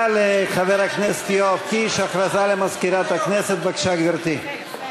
מי שתקע את המתווה זו הממשלה שלך, עד היום.